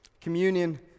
Communion